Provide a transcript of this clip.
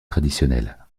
traditionnel